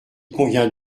convient